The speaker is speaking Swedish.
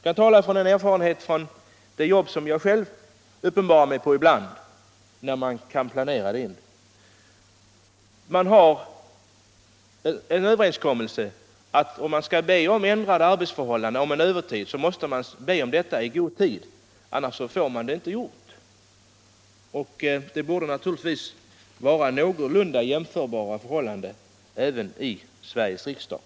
Jag talar av erfarenhet från det jobb som jag uppenbarar mig på ibland, när jag kan planera in det. Det finns en överenskommelse om att vill arbetsgivaren ha någon till att arbeta över så måste han be om det i god tid, annars blir inte arbetet gjort. Det borde naturligtvis vara någorlunda jämförbara förhållanden även i Sveriges riksdag.